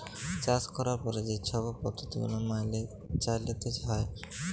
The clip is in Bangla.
চাষ ক্যরার পরে যে ছব পদ্ধতি গুলা ম্যাইলে চ্যইলতে হ্যয়